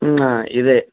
ఇదే